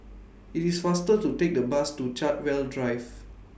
IT IS faster to Take The Bus to Chartwell Drive